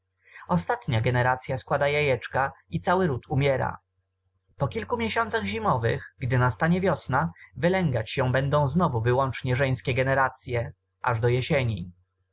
ostatnia generacya składa jajeczka i cały ród umiera po kilku miesiącach zimowych gdy nastanie wiosna wylęgać się będą znowu wyłącznie żeńskie generacye aż do jesieni